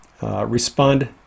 respond